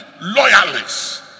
loyalists